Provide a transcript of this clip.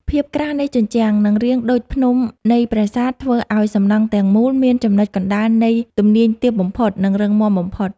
ភាពក្រាស់នៃជញ្ជាំង និង រាងដូចភ្នំនៃប្រាសាទធ្វើឱ្យសំណង់ទាំងមូលមានចំណុចកណ្តាលនៃទំនាញទាបបំផុត និង រឹងមាំបំផុត។